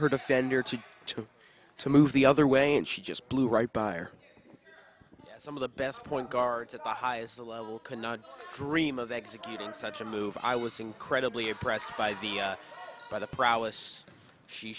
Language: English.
defender to to to move the other way and she just blew right by are some of the best point guards at the highest level cannot dream of exit given such a move i was incredibly impressed by the by the prowess she